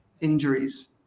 injuries